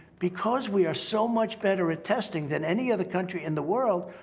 because we are so much better at testing than any other country in the world,